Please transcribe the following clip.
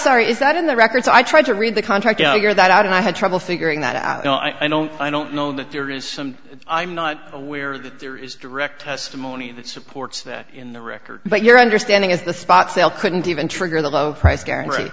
sorry is that in the records i tried to read the contract or that out and i had trouble figuring that out no i don't i don't know that there is some i'm not aware that there is direct testimony that supports that in the record but your understanding is the spot sale couldn't even trigger the low price